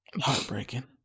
Heartbreaking